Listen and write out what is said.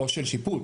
או של שיפוץ.